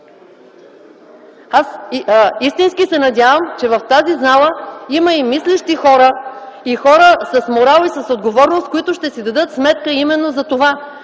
Истински се надявам, че в тази зала има и мислещи хора, хора с морал и отговорност, които ще си дадат сметка именно за това: